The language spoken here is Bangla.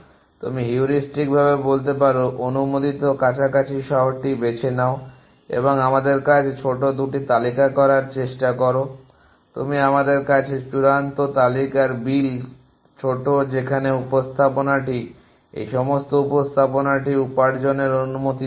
তুমি হিউরিস্টিক ভাবে বলতে পারো অনুমোদিত কাছাকাছি শহরটি বেছে নাও এবং আমাদের কাছে ছোট 2 তালিকা করার চেষ্টা করো তুমি আমাদের কাছে চূড়ান্ত তালিকার বিল ছোট যেখানে এই উপস্থাপনাটি এই সমস্ত উপস্থাপনাটি উপার্জনের অনুমতি দেয় না